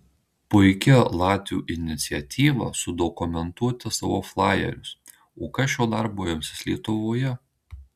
puiki latvių iniciatyva sudokumentuoti savo flajerius o kas šio darbo imsis lietuvoje